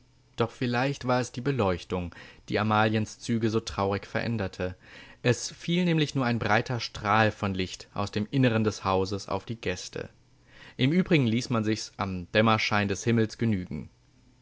doch vielleicht war es die beleuchtung die amaliens züge so traurig veränderte es fiel nämlich nur ein breiter strahl von licht aus dem innern des hauses auf die gäste im übrigen ließ man sich's am dämmerschein des himmels genügen